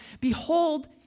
Behold